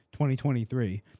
2023